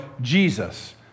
Jesus